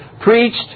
preached